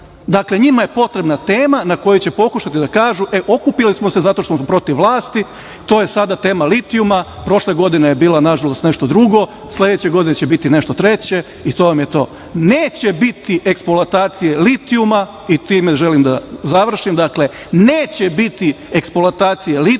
Dakle, njima je potrebna tema na koju će pokušati da kažu – okupili smo se zato što smo protiv vlasti. To je sada tema litijuma, prošle godine je, nažalost, bilo nešto drugo. Sledeće godine će biti nešto treće i to vam je to. Neće biti eksploatacije litijuma, time želim da završim, neće biti eksploatacije litijuma